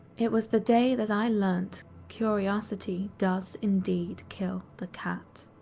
it was the day that i learned curiousity does indeed kill the cat.